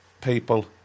people